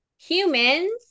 humans